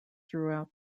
throughout